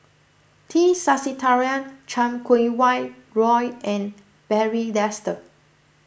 T Sasitharan Chan Kum Wah Roy and Barry Desker